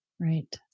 Right